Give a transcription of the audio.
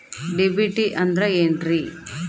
DBT ಅಂದ್ರ ಏನ್ರಿ?